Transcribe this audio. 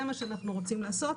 זה מה שאנחנו רוצים לעשות.